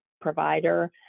provider